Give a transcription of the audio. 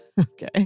Okay